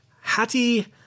Hattie